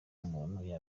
umuntu